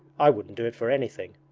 i wouldn't do it for anything.